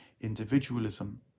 individualism